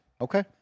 Okay